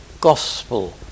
Gospel